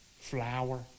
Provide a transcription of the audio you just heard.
flower